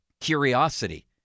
curiosity